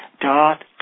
dot